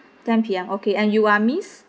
ten P_M okay and you are miss